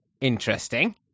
interesting